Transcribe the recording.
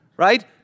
right